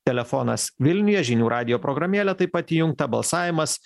telefonas vilniuje žinių radijo programėlė taip pat įjungta balsavimas